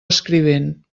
escrivent